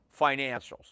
financials